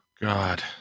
God